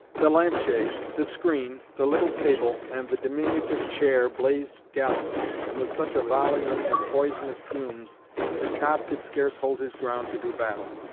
the lamp-shade, the screen, the little table and the diminutive chair blazed gallantly, and with such a volleying of poisonous fumes that cobb could scarce hold his ground to do battle.